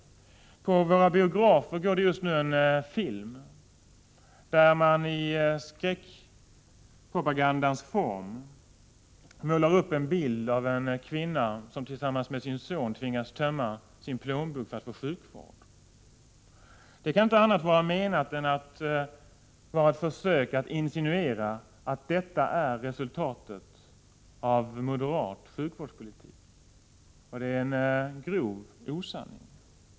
och nytänkande På Sveriges biografer går det just nu en film där man i skräckpropagandans form visar en kvinna som tillsammans med sin son tvingas tömma plånboken för att få sjukvård. Det kan inte vara menat som någonting annat än ett försök att insinuera att detta skulle bli resultatet av moderat sjukvårdspolitik. Det är en grov osanning.